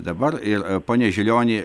dabar ir pone žilioni